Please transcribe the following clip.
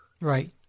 Right